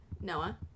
Noah